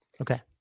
Okay